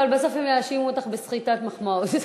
אבל בסוף הם יאשימו אותך בסחיטת מחמאות.